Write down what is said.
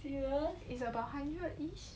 it's about hundred each